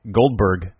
Goldberg